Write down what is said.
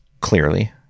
clearly